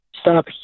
Stop